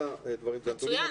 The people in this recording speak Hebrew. מצוין.